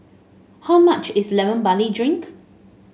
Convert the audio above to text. how much is Lemon Barley Drink